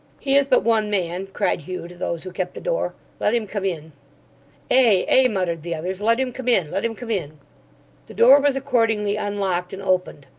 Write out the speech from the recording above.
he is but one man cried hugh to those who kept the door let him come in ay, ay muttered the others. let him come in. let him come in the door was accordingly unlocked and opened.